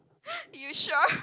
you sure